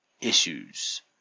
issues